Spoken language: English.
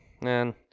man